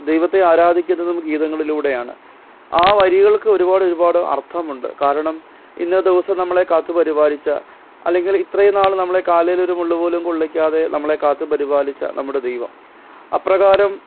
ദൈവത്തെ ആരാധിക്കുന്നതും ഗീതങ്ങളിലൂടെയാണ് ആ വരികൾക്ക് ഒരുപാടൊരുപാട് അർത്ഥമുണ്ട് കാരണം ഇന്നേ ദിവസം നമ്മളെ കാത്ത് പരിപാലിച്ച അല്ലെങ്കിൽ ഇത്രയും നാൾ നമ്മളെ കാലിൽ ഒരു മുള്ള് പോലും കൊള്ളിക്കാതെ നമ്മളെ കാത്ത് പരിപാലിച്ച നമ്മുടെ ദൈവം അപ്രകാരം